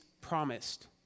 promised